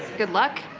good luck.